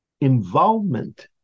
involvement